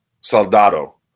Soldado